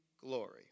glory